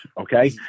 Okay